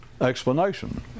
explanation